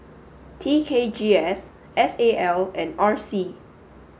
T K G S S A L and R C